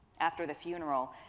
after the funeral,